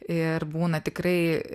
ir būna tikrai